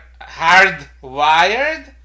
hardwired